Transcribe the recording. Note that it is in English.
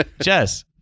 Jess